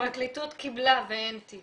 שהפרקליטות קיבלה ואין תיק.